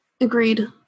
Agreed